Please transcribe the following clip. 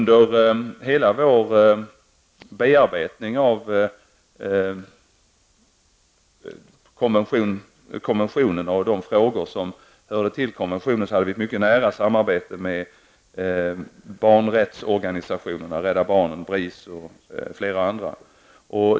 Under hela vår bearbetning av konventionen och de frågor som hör till den har vi haft ett mycket nära samarbete med barnrättsorganisationerna, Rädda barnen, BRIS och flera andra.